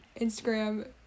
Instagram